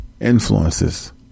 Influences